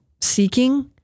seeking